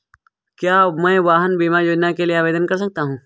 क्या मैं वाहन बीमा योजना के लिए आवेदन कर सकता हूँ?